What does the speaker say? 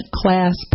class